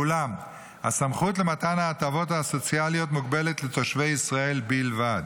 ואולם הסמכות למתן ההטבות הסוציאליות מוגבלת לתושבי ישראל בלבד.